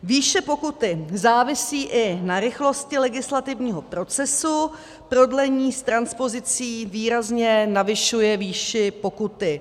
Výše pokuty závisí i na rychlosti legislativního procesu, prodlení s transpozicí výrazně navyšuje výši pokuty.